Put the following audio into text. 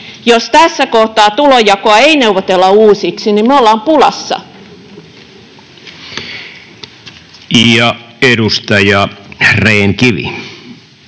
Jos tässä kohtaa tulonjakoa ei neuvotella uusiksi, me olemme pulassa. [Speech 22]